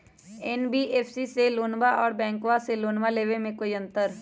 NBFC से लोनमा आर बैंकबा से लोनमा ले बे में कोइ अंतर?